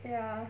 ya